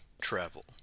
travel